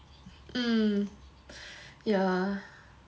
mm yeah